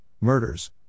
murders